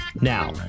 Now